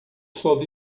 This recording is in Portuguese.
sob